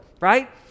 right